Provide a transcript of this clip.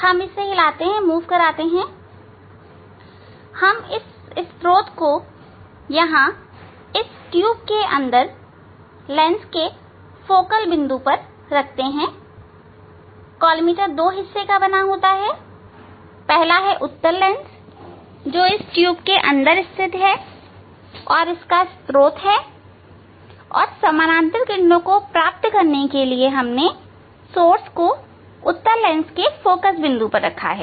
इसे हम हिलाते हैं हम इस स्त्रोत को यहां इस ट्यूब के अंदर लेंस की फोकल बिंदु पर रखते हैं कॉलीमेटर दो हिस्सों का बना होता है पहला है उत्तल लेंस जो इस ट्यूब के अंदर स्थिर है और और इसका स्रोत है समानांतर किरणों को प्राप्त के लिए हमने स्त्रोत को उत्तल लेंस की फोकल बिंदु पर रखा है